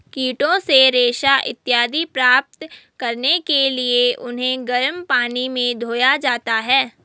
कीटों से रेशा इत्यादि प्राप्त करने के लिए उन्हें गर्म पानी में धोया जाता है